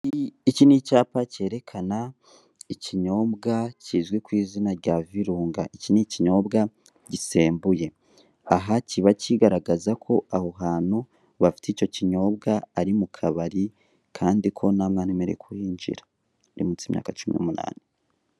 Iki ni icyapa cyerekana ikinyobwa kizwi ku izina rya virunga, iki ni ikinyobwa gisembuye, aha kiba kigaragaza ko aho hantu bafite icyo kinyobwa ari mu kabari kandi ko nta mwana wemerewe kuhinjira uri munsi y'imyaka cumi n'umunani.